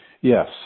Yes